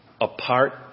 apart